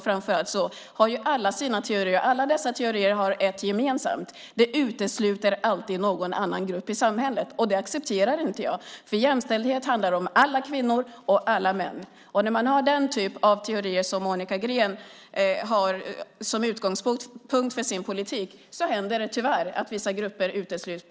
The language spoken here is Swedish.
Framför allt har alla sina teorier. Alla dessa teorier har ett gemensamt: De utesluter alltid någon annan grupp i samhället. Det accepterar inte jag. Jämställdhet handlar om alla kvinnor och alla män. När man har den typ av teorier som Monica Green tar till utgångspunkt för sin politik händer det tyvärr att vissa grupper utesluts.